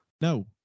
No